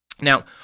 Now